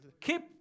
Keep